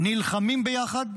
נלחמים ביחד,